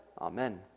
Amen